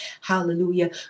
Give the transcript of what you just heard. hallelujah